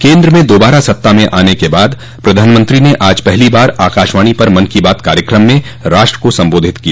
केंद्र में दोबारा सत्ता में आने के बाद प्रधानमंत्री ने आज पहली बार आकाशवाणी पर मन की बात कार्यक्रम में राष्ट्र को संबोधित किया